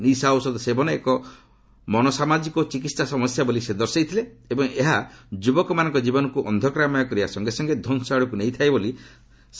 ନିଶା ଔଷଧ ସେବନ ଏକ ମନୋସାମାଜିକ ଓ ଚିକସ୍ଥା ସମସ୍ୟା ବୋଲି ସେ ଦର୍ଶାଇଥିଲେ ଏବଂ ଏହା ଯୁବକମାନଙ୍କ ଜୀବନକ୍ ଅନ୍ଧକାରମୟ କରିବା ସଙ୍ଗେ ସଙ୍ଗେ ଧ୍ୱଂସ ଆଡ଼କୁ ନେଇଥାଏ ବୋଲି କହିଥିଲେ